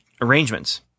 arrangements